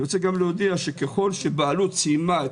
אני רוצה להודיע שככל שבעלות סיימה את